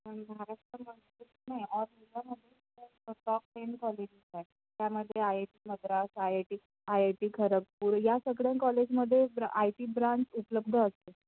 पण महाराष्ट्रामध्ये नाही टॉप टेन कॉलेजेस आहे त्यामध्ये I I T Madras I I T I I T Kharagpur या सगळ्या कॉलेजमध्ये ब्र आय टी ब्रांच उपलब्ध असते